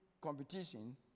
competition